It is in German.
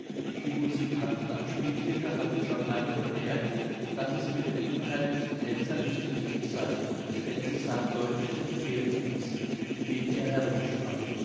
die musikanten am spieltische hatten schon lange bemerkt daß es mit dem unheimlichen tänzer nicht richtig sey denn sie sahen deutlich den pferdefuß mit dem er herumsprang